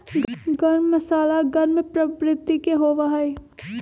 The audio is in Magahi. गर्म मसाला गर्म प्रवृत्ति के होबा हई